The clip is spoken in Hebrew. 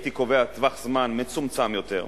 הייתי קובע טווח זמן מצומצם יותר,